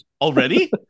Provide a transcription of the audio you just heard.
already